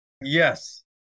Yes